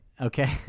Okay